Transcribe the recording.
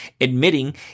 admitting